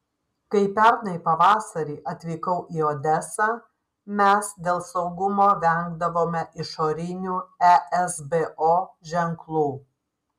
kai pernai pavasarį atvykau į odesą mes dėl saugumo vengdavome išorinių esbo ženklų